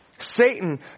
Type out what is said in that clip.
Satan